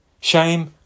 shame